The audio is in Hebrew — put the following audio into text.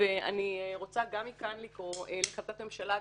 ואני רוצה גם מכאן לקרוא להחלטת ממשלה.